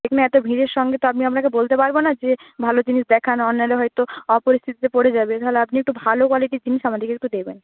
সেখানে এত ভিড়ের সঙ্গে তো আমি আপনাকে বলতে পারব না যে ভালো জিনিস দেখান অন্যেরা হয়তো অপরিস্থিতিতে পড়ে যাবে তাহলে আপনি একটু ভালো কোয়ালিটির জিনিস আমাদেরকে একটু দেবেন